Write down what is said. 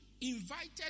invited